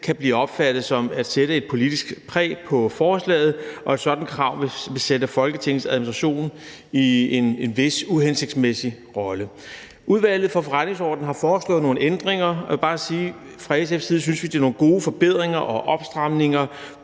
kan blive opfattet som det at ville sætte et politisk præg på forslaget, og at et sådan krav til en vis grad vil sætte Folketingets Administration i en uhensigtsmæssig rolle. Udvalget for Forretningsordenen har foreslået nogle ændringer, og jeg vil bare sige, at fra SF's side synes vi, det er nogle gode forbedringer og opstramninger